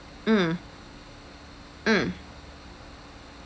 mm mm